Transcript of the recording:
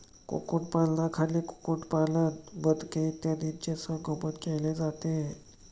कुक्कुटपालनाखाली कुक्कुटपालन, बदके इत्यादींचे संगोपन केले जाते